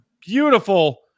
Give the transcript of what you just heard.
beautiful